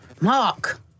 Mark